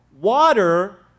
water